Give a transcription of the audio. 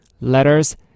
Letters